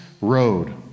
road